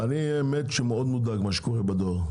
האמת היא שאני מאוד מודאג ממה שקורה בדואר.